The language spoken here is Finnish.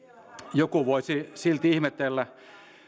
joku voisi silti ihmetellä